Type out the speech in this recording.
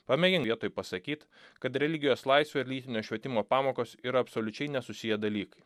pamėgink vietoj pasakyt kad religijos laisvė ir lytinio švietimo pamokos yra absoliučiai nesusiję dalykai